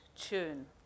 tune